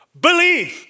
Believe